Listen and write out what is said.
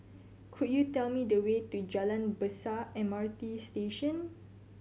could you tell me the way to Jalan Besar M R T Station